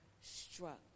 struck